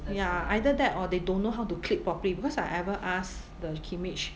ya either that or they don't know how to clip properly because I ever asked the Kimage